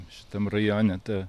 šitam rajone ta